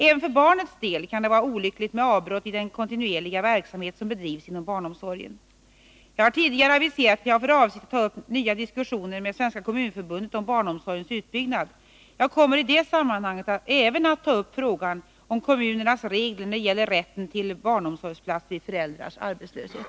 Även för barnets del kan det vara olyckligt med avbrott i den kontinuerliga verksamhet som bedrivs inom barnomsorgen. Jag har tidigare aviserat att jag har för avsikt att ta upp nya diskussioner med Svenska kommunförbundet om barnomsorgens utbyggnad. Jag kommer i det sammanhanget även att ta upp frågan om kommunernas regler när det gäller rätten till barnomsorgsplats vid föräldrars arbetslöshet.